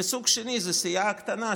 והסוג השני זה הסיעה הקטנה,